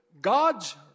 God's